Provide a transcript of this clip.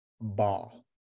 Ball